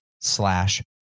slash